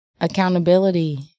accountability